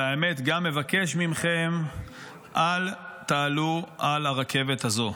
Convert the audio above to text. והאמת גם מבקש מכם, אל תעלו על הרכבת הזו.